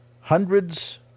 Hundreds